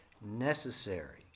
necessary